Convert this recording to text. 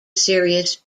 serious